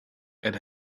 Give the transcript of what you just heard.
and